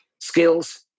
skills